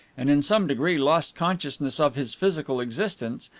and in some degree lost consciousness of his physical existence,